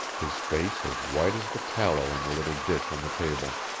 his face as white as the tallow in the little dish on the table.